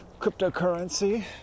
cryptocurrency